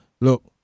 look